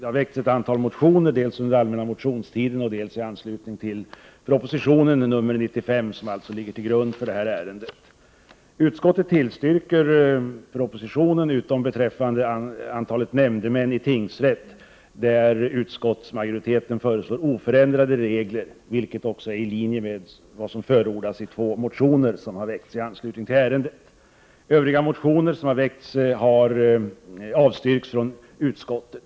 Det har väckts ett antal motioner dels under den allmänna motionstiden, dels i anslutning till proposition 1988/89:95, vilken ligger till grund för detta ärende. regler, vilket också är i linje med vad som förordas i två motioner som har väckts i anslutning till ärendet. Utskottet har avstyrkt övriga motioner.